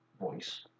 voice